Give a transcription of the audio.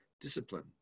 discipline